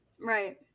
right